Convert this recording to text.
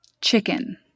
chicken